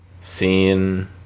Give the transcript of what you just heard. Seen